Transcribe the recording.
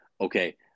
okay